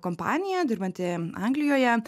kompanija dirbanti anglijoje